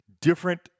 different